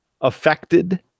affected